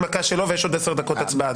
זה פשוט זמן הנמקה שלו, ויש עוד עשר דקות הצבעה.